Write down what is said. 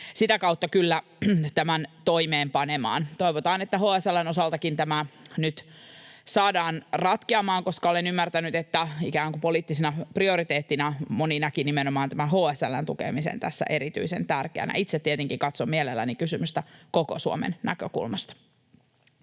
sitä kautta kyllä tämän toimeenpanemaan. Toivotaan, että HSL:n osaltakin tämä nyt saadaan ratkeamaan, koska olen ymmärtänyt, että ikään kuin poliittisena prioriteettina moni näki nimenomaan tämän HSL:n tukemisen tässä erityisen tärkeänä. Itse tietenkin katson mielelläni kysymystä koko Suomen näkökulmasta.